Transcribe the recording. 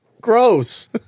Gross